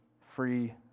free